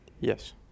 Yes